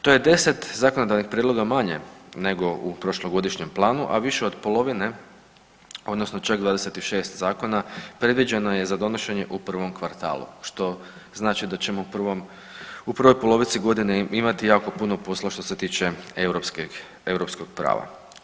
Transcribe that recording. To je 10 zakonodavnih prijedloga manje nego u prošlogodišnjem planu, a više od polovine odnosno čak 26 zakona predviđeno je za donošenje u prvom kvartalu što znači da ćemo u prvom, u prvoj polovici godine imati jako puno posla što se tiče europskih, europskog prava.